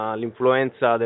l'influenza